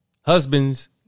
husbands